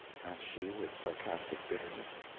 she, with sarcastic bitterness.